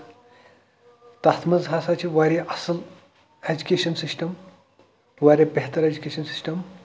تَتھ منٛز ہسا چھ واریاہ اَصٕل ایٚجوٗکیشن سِسٹم واریاہ بہتر ایٚجوٗکیشن سَسٹم